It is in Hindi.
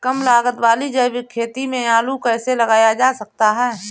कम लागत वाली जैविक खेती में आलू कैसे लगाया जा सकता है?